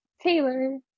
Taylor